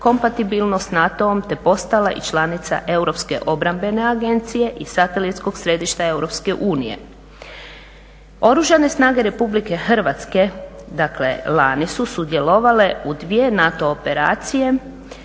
kompatibilno s NATO-om te postala i članica Europske obrambene agencije i Satelitskog središta EU. Oružane snage RH dakle lani su sudjelovale u dvije NATO operacije,